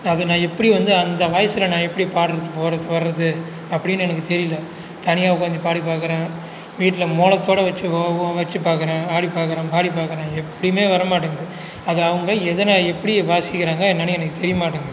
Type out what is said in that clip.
அது நான் எப்படி வந்து அந்த வாய்ஸில் நான் எப்படி பாடுறது போகிறது வர்றது அப்படின்னு எனக்கு தெரியலை தனியாக உட்காந்து பாடி பார்க்கறேன் வீட்டில் மோலத்தோட வச்சு வச்சு பார்க்கறேன் ஆடி பார்க்கறேன் பாடி பார்க்கறேன் எப்படியுமே வரமாட்டேங்குது அதை அவங்க எதனை எப்படி வாசிக்கிறாங்கன்னு என்னென்னு எனக்கு தெரிய மாட்டேங்குது